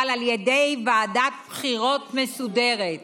אבל על ידי ועדת בחירות מסודרת.